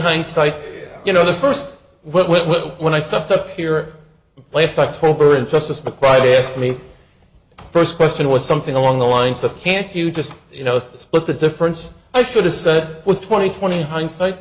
hindsight you know the first one i stuffed up here last october and justice macwrite yesterday first question was something along the lines of can't you just you know split the difference i should have said with twenty twenty hindsight